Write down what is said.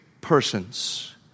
persons